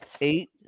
eight